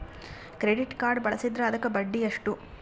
Credit card ಬಳಸಿದ್ರೇ ಅದಕ್ಕ ಬಡ್ಡಿ ಎಷ್ಟು?